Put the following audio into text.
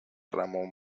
ramón